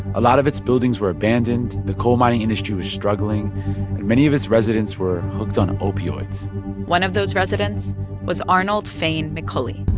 a lot of its buildings were abandoned. the coal mining industry was struggling. and many of its residents were hooked on opioids one of those residents was arnold fayne mccauley